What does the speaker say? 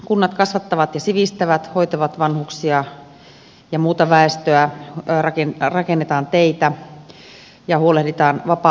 kunnat kasvattavat ja sivistävät hoitavat vanhuksia ja muuta väestöä rakennetaan teitä ja huolehditaan vapaa aikatoimesta